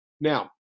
Now